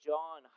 John